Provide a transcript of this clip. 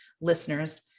listeners